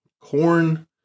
corn